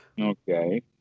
Okay